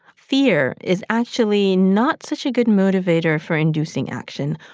fear is actually not such a good motivator for inducing action,